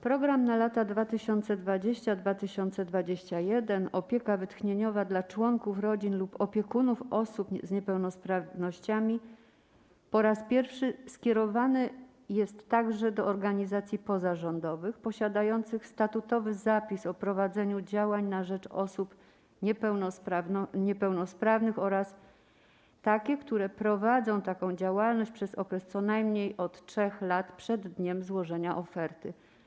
Program na lata 2020-2021 „Opieka wytchnieniowa dla członków rodzin lub opiekunów osób z niepełnosprawnościami” po raz pierwszy skierowany jest także do organizacji pozarządowych posiadających statutowy zapis o prowadzeniu działań na rzecz osób niepełnosprawnych oraz takich, które prowadzą taką działalność przez okres co najmniej 3 lat od dnia złożenia oferty.